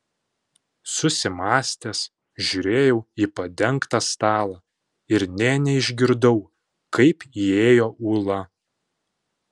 susimąstęs žiūrėjau į padengtą stalą ir nė neišgirdau kaip įėjo ula